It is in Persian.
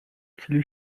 کیلو